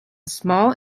small